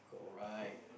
alright